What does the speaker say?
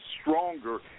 stronger